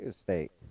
State